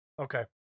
Okay